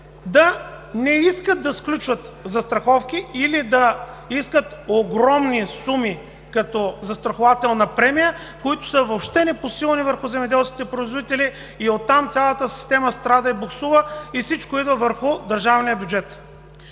да не искат да сключват застраховки или да искат огромни суми като застрахователна премия, които въобще са непосилни за земеделските производители. Оттам страда и боксува цялата система и всичко идва върху държавния бюджет.